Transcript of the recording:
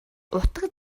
утга